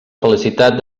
felicitat